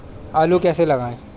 आलू कैसे लगाएँ?